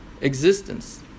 Existence